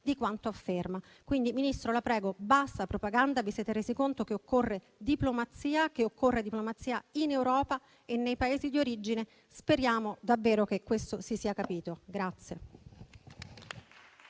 di quanto afferma. Signor Ministro, la prego: basta propaganda, vi siete resi conto che occorre diplomazia in Europa e nei Paesi di origine. Speriamo davvero che questo si sia capito.